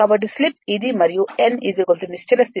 కాబట్టి స్లిప్ ఇది మరియు n నిశ్చల స్థితి స్లిప్ 0